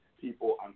people